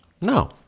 No